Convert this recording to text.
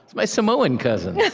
my samoan cousins.